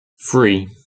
three